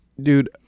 Dude